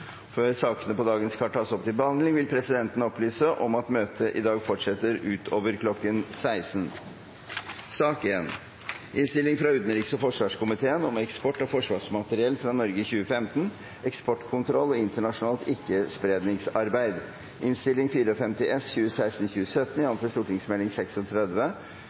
Før sakene på dagens kart tas opp til behandling, vil presidenten opplyse om at møtet i dag fortsetter utover kl. 16.00. Etter ønske fra utenriks- og forsvarskomiteen vil presidenten foreslå at taletiden blir begrenset til 5 minutter til hver partigruppe og 5 minutter til medlemmer av